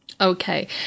Okay